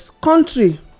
country